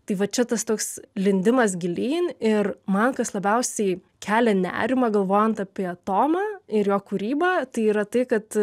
tai va čia tas toks lindimas gilyn ir man kas labiausiai kelia nerimą galvojant apie tomą ir jo kūrybą tai yra tai kad